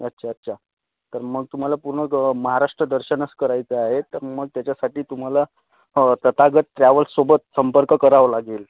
अच्छा अच्छा तर मग तुम्हाला पूर्ण महाराष्ट्र दर्शनच करायचं आहे तर मग त्याच्यासाठी तुम्हाला तथागत ट्रॅव्हल्सोबत संपर्क करावं लागेल